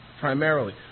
primarily